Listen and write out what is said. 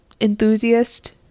enthusiast